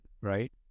right